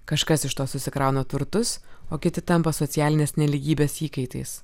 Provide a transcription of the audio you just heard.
kažkas iš to susikrauna turtus o kiti tampa socialinės nelygybės įkaitais